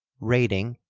rating,